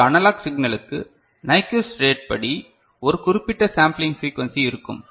ஒரு அனலாக் சிக்னலுக்கு Nyquist rate படி ஒரு குறிப்பிட்ட சாம்பிலிங் பிரீகுவன்ஸி இருக்கும்